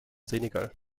senegal